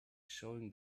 showing